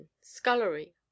scullery